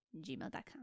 gmail.com